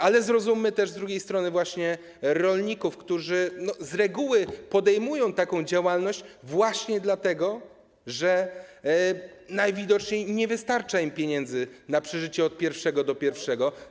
Ale zrozummy też z drugiej strony rolników, którzy z reguły podejmują taką działalność właśnie dlatego, że najwidoczniej nie wystarcza im pieniędzy na przeżycie od pierwszego do pierwszego.